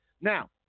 Now